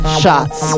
shots